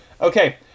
okay